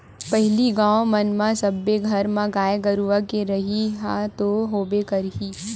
पहिली गाँव मन म सब्बे घर म गाय गरुवा के रहइ ह तो होबे करही